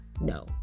No